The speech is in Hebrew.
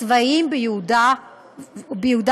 הצבאיים ביהודה ושומרון.